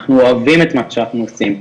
אנחנו אוהבים את מה שאנחנו עושים,